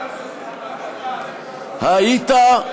היית,